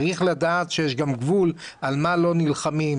צריך לדעת שיש גם גבול על מה לא נלחמים.